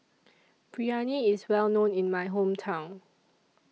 Biryani IS Well known in My Hometown